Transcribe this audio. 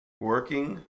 Working